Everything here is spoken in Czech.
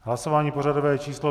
Hlasování pořadové číslo 131.